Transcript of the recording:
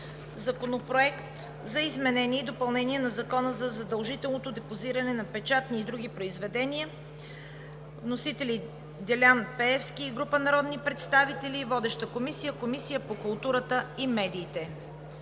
Законопроект за изменение и допълнение на Закона за задължителното депозиране на печатни и други произведения. Вносители са Делян Пеевски и група народни представители. Водеща е Комисията по култура и медиите.